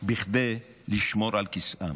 כדי לשמור על כיסאם?